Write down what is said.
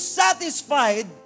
satisfied